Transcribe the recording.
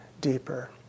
deeper